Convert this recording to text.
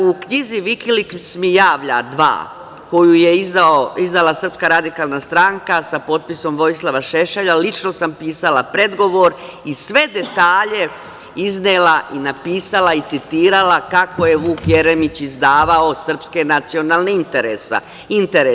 U knjizi „Vikiliks mi javlja 2“, koju je izdala SRS sa potpisom Vojislava Šešelja lično sam pisala predgovor i sve detalje iznela i napisala i citirala kako je Vuk Jeremić izdavao srpske nacionalne interese.